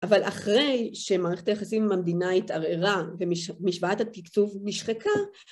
אבל אחרי שמערכת היחסים במדינה התערערה ומשוואת התקצוב נשחקה